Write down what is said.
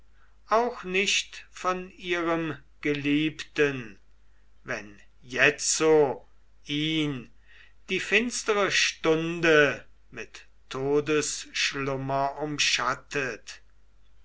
auch nicht von ihrem geliebten wenn jetzo ihn die finstere stunde mit todesschlummer umschattet